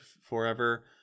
forever